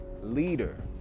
leader